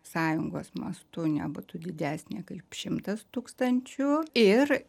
sąjungos mastu nebūtų didesnė kaip šimtas tūkstančių ir